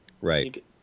Right